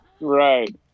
right